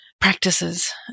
practices